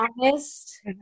honest